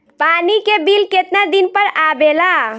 पानी के बिल केतना दिन पर आबे ला?